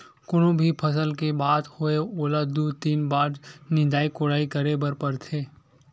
कोनो भी फसल के बात होवय ओला दू, तीन बार निंदई कोड़ई करे बर परथे